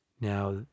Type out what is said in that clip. Now